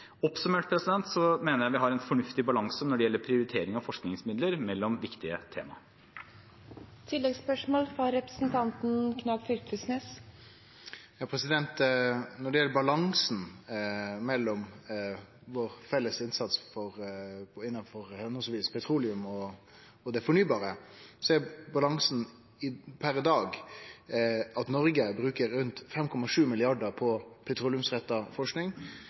Oppsummert mener jeg vi har en fornuftig balanse når det gjelder prioritering av forskningsmidler mellom viktige tema. Når det gjeld balansen mellom vår felles innsats innafor petroleumsretta forsking og det fornybare, bruker Noreg per i dag rundt 5,7 mrd. kr på petroleumsretta